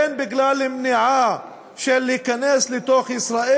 הן בגלל מניעה של כניסה לתוך ישראל,